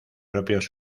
propios